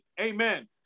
Amen